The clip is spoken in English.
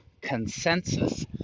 consensus